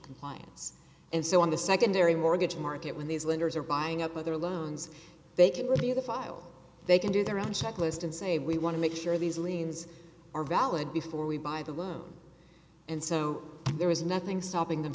compliance and so on the secondary mortgage market when these lenders are buying up other loans they can review the file they can do their own checklist and say we want to make sure these liens are valid before we buy the loan and so there is nothing stopping them